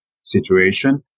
situation